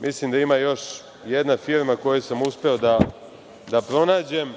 Mislim da ima još jedna firma koju sam uspeo da pronađem,